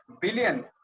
billion